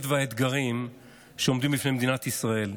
ואת האתגרים שעומדים בפני מדינת ישראל.